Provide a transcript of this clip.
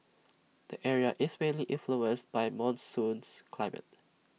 the area is mainly influenced by monsoons climate